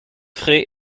frais